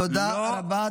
תודה רבה.